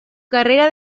carrera